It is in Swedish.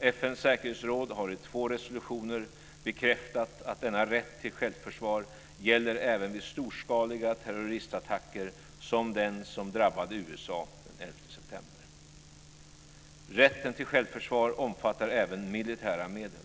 FN:s säkerhetsråd har i två resolutioner bekräftat att denna rätt till självförsvar gäller även vid storskaliga terroristattacker som den som drabbade USA den 11 september. Rätten till självförsvar omfattar även militära medel.